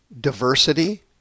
Diversity